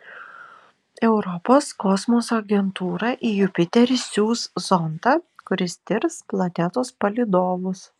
europos kosmoso agentūra į jupiterį siųs zondą kuris tirs planetos palydovus